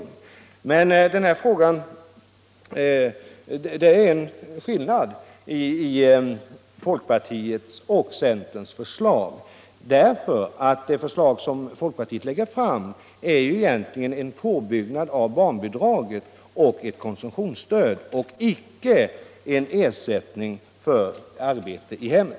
I denna del föreligger en skillnad mellan folkpartiets och centerns förslag så till vida att folkpartiets förslag egentligen innebär en påbyggnad av barnbidraget samt ett konsumtionsstöd och inte en ersättning för vårdnadsarbete i hemmet.